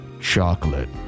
Chocolate